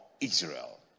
Israel